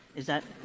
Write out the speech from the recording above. is that